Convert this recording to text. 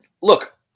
Look